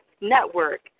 Network